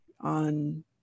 on